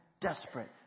desperate